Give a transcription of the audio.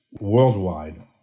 worldwide